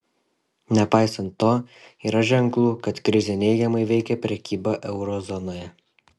nepaisant to yra ženklų kad krizė neigiamai veikia prekybą euro zonoje